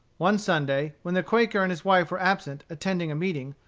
one sunday, when the quaker and his wife were absent attending a meeting,